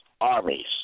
armies